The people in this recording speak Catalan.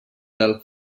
del